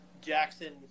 Jackson